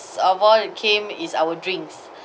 of all that came is our drinks